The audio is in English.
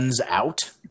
out